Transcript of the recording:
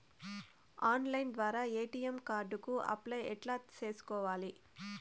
Online ద్వారా ATM card కు apply ఎట్లా సేసుకోవాలి?